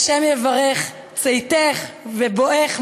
ה' יברך צאתך ובואך,